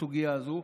בסוגיה הזו.